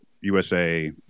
USA